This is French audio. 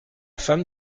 femme